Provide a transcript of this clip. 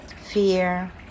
fear